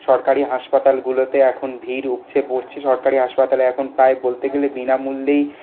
সরকারি হাসপাতালগুলোতে এখন ভিড় উপচে পরছে সরকারি হাসআপাতলে এখন প্রায় বলতে গেলে বিনামূল্যেই